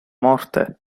morte